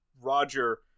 roger